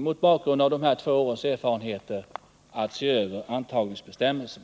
mot bakgrund av de gångna två årens erfarenheter all anledning att se över antagningsbestämmelserna.